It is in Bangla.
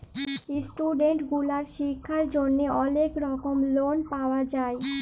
ইস্টুডেন্ট গুলার শিক্ষার জন্হে অলেক রকম লন পাওয়া যায়